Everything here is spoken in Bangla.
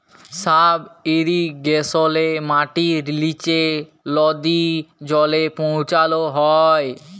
সাব ইরিগেশলে মাটির লিচে লদী জলে পৌঁছাল হ্যয়